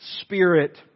spirit